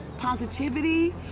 positivity